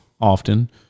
often